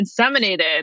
inseminated